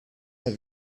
has